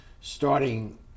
starting